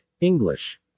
English